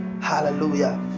Hallelujah